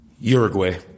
Uruguay